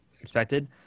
Expected